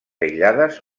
aïllades